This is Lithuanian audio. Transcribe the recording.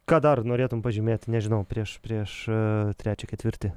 ką dar norėtum pažymėt nežinau prieš prieš trečią ketvirtį